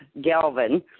Galvin